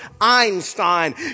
Einstein